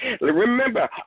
Remember